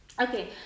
Okay